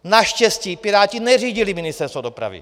Naštěstí Piráti neřídili Ministerstvo dopravy.